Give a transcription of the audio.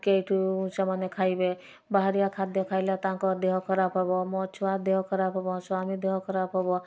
କୋଉଠୁ ସେମାନେ ଖାଇବେ ବାହାରିଆ ଖାଦ୍ୟ ଖାଇଲେ ତାଙ୍କ ଦେହ ଖରାପ ହେବ ମୋ ଛୁଆ ଦେହ ଖରାପ ହେବ ସ୍ୱାମୀ ଦେହ ଖରାପ ହେବ